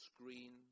screen